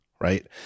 Right